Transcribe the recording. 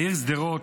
העיר שדרות,